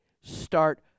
start